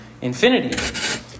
infinity